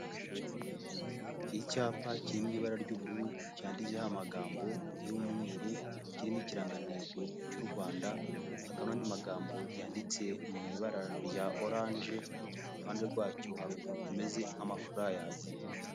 Icyapa kirimo ibara ry'ubururu, cyanditseho amagambo y'umweru, kirimo ikirangantego cy'u Rwanda, kandi amagambo yanditse mu ibara rya oranje, iruhande rwacyo hari utuntu tumeze nk'amafurayazi.